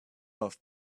off